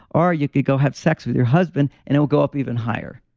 or you could go have sex with your husband and it will go up even higher,